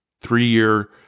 three-year